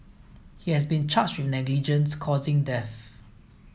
he has been charged with negligence causing death